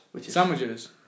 Sandwiches